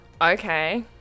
Okay